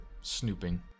snooping